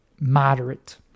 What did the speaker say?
moderate